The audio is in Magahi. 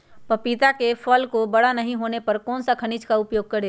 पपीता के फल को बड़ा नहीं होने पर कौन सा खनिज का उपयोग करें?